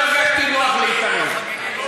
לא הרגשתי נוח להתערב,